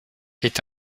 est